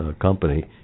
company